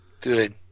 Good